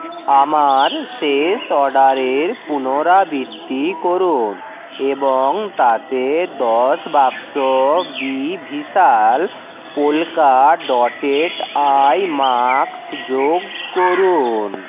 আমার শেষ অর্ডারের পুনরাবৃত্তি করুন এবং তাতে দশ বাক্স বি ভিশাল পোল্কা ডটেড আই মাস্ক যোগ করুন